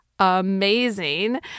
amazing